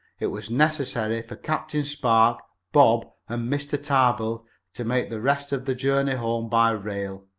it was necessary for captain spark, bob and mr. tarbill to make the rest of the journey home by rail.